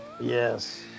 Yes